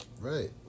Right